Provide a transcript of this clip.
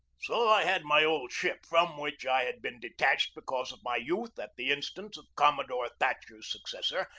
so i had my old ship from which i had been detached because of my youth at the instance of commodore thatcher's successor,